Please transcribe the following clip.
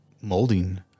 molding